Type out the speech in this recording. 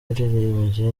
yaririmbye